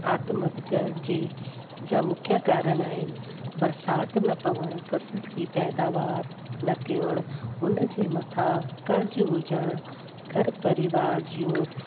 आत्महत्या जे जा मुख्य कारण आहिनि बरसाति न पवण फसल जी पैदावार न थियण उनजे मथा कर्ज़ु हुजणु घर परिवार जूं